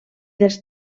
dels